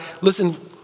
listen